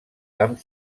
amb